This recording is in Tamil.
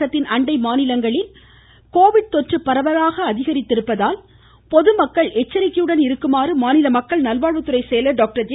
தமிழகத்தின் அண்டை மாநிலங்களில் கோவிட் தொற்ற பரவல் அதிகரித்திருப்பதால் பொதுமக்கள் எச்சரிக்கையுடன் இருக்குமாறு மாநில மக்கள் நல்வாழ்வுத்துறை செயலர் டாக்டர் ஜே